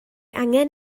angen